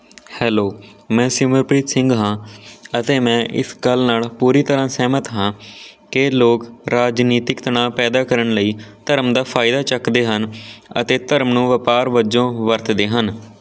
hello ਮੈਂ ਸਿਮਰਪ੍ਰੀਤ ਸਿੰਘ ਹਾਂ ਅਤੇ ਮੈਂ ਇਸ ਗੱਲ ਨਾਲ ਪੂਰੀ ਤਰ੍ਹਾਂ ਸਹਿਮਤ ਹਾਂ ਕਿ ਲੋਕ ਰਾਜਨੀਤਿਕ ਤਨਾਅ ਪੈਦਾ ਕਰਨ ਲਈ ਧਰਮ ਦਾ ਫਾਇਦਾ ਚੁੱਕਦੇ ਹਨ ਅਤੇ ਧਰਮ ਨੂੰ ਵਪਾਰ ਵਜੋਂ ਵਰਤਦੇ ਹਨ